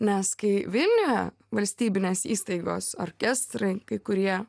nes kai vilniuje valstybinės įstaigos orkestrai kai kurie